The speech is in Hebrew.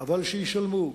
אבל שישלמו.